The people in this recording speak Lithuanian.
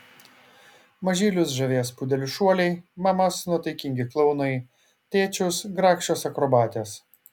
mažylius žavės pudelių šuoliai mamas nuotaikingi klounai tėčius grakščios akrobatės